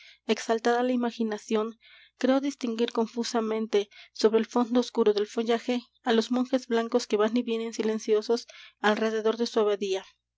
exaltada la imaginación creo distinguir confusamente sobre el fondo oscuro del follaje á los monjes blancos que van y vienen silenciosos alrededor de su abadía